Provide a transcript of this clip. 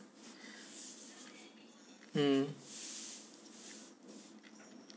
mm